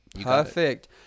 Perfect